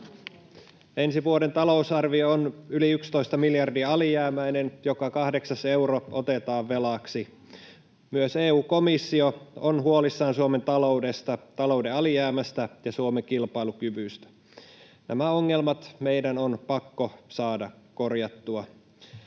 Ensi vuoden talousarvio on yli 11 miljardia alijäämäinen, joka kahdeksas euro otetaan velaksi. Myös EU-komissio on huolissaan Suomen taloudesta, talouden alijäämästä ja Suomen kilpailukyvystä. Nämä ongelmat meidän on pakko saada korjattua.